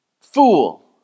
Fool